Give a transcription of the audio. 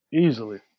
Easily